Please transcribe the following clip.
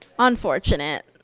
unfortunate